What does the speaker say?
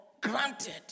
granted